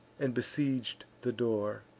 and besieg'd the door.